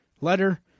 letter